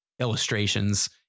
illustrations